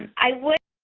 um i would